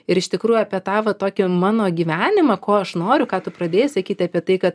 ir iš tikrųjų apie tą va tokį mano gyvenimą ko aš noriu ką tu pradėjai sakyti apie tai kad